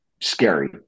scary